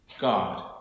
God